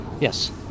Yes